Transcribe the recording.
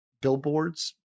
billboards